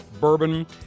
bourbon